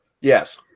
Yes